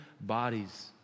bodies